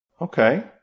Okay